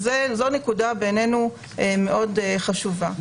זו נקודה בעיננו מאוד חשובה.